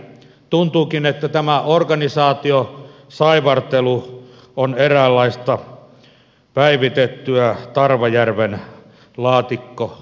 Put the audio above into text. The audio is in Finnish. tuntuukin että tämä organisaatiosaivartelu on eräänlaista päivitettyä tarvajärven laatikkoleikkiä